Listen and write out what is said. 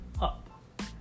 up